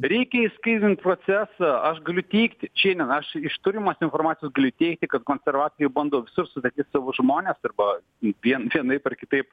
reikia išskaidant procesą aš galiu teigti čia į nenašų iš turimos informacijos galiu teigti kad konservatoriai bando visus suvedyt savo žmones arba vien vienaip ar kitaip